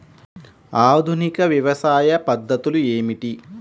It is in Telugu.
ఆధునిక వ్యవసాయ పద్ధతులు ఏమిటి?